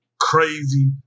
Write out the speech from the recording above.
Crazy